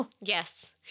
Yes